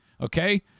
okay